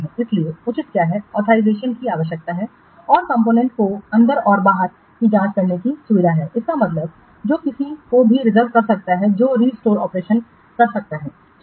इसलिए उचित क्या हैऑथराइजेशन की आवश्यकता है और कॉम्पोनेंटस को अंदर और बाहर की जांच करने की सुविधा है इसका मतलब है जो किसी को भी रिजर्व कर सकता है जो रिस्टोर ऑपरेशन कर सकता है ठीक है